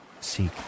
seek